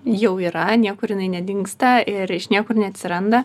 jau yra niekur jin nedingsta ir iš niekur neatsiranda